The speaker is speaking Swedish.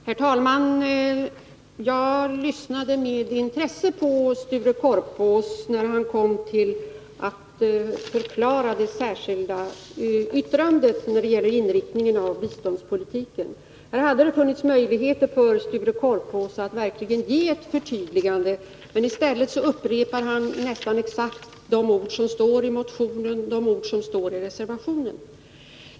Herr talman! Jag lyssnade med intresse på Sture Korpås när han kom till att förklara det särskilda yttrandet rörande inriktningen av den svenska biståndspolitiken. Där hade det funnits möjligheter för Sture Korpås att verkligen ge ett förtydligande, men i stället upprepade han nästan exakt de ord som står i motion 1201 och de ord som står i det särskilda yttrandet.